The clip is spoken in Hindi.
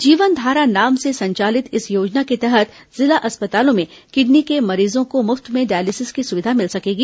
जीवन धारा नाम से संचालित इस योजना के तहत जिला अस्पतालों में किडनी के मरीजों को मुफ्त में डायलिसिस की सुविधा मिल सकेगी